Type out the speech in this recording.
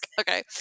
okay